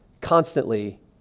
constantly